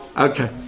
okay